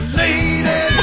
lady